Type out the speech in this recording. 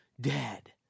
dead